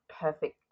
perfect